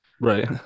right